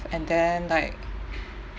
and then like